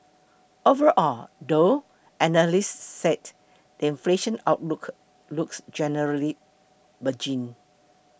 overall though analysts said inflation outlook looks generally benign